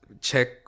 Check